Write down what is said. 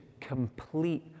complete